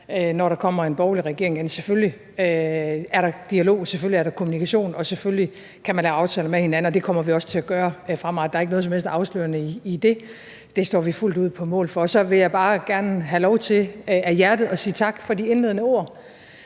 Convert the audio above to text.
når der kommer en borgerlig regering. Selvfølgelig er der dialog, selvfølgelig er der kommunikation, og selvfølgelig kan man lave aftaler med hinanden, og det kommer vi også til at gøre fremadrettet. Der er ikke noget som helst afslørende i det. Det står vi fuldt ud på mål for. Så vil jeg bare gerne have lov til af hjertet at sige tak for de indledende ord,